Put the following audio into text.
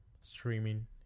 streaming